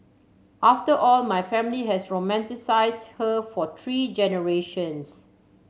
after all my family has romanticised her for three generations